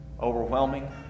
overwhelming